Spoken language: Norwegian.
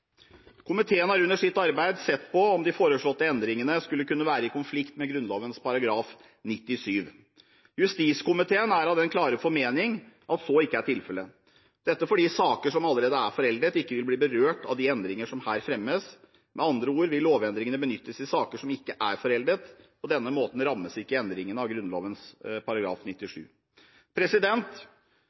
Komiteen har under sitt arbeid sett på om de foreslåtte endringene skulle kunne være i konflikt med Grunnloven § 97. Justiskomiteen er av den klare formening at så ikke er tilfelle, dette fordi saker som allerede er foreldet, ikke vil bli berørt av de endringer som her fremmes. Med andre ord vil lovendringene benyttes i saker som ikke er foreldet, og på denne måten rammes ikke endringene av